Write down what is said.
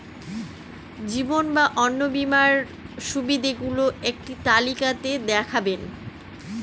জীবন বা অন্ন বীমার সুবিধে গুলো একটি তালিকা তে দেখাবেন?